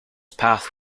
path